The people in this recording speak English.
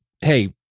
hey